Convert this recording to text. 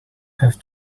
have